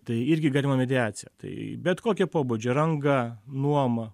tai irgi galima mediacija tai bet kokio pobūdžio ranga nuoma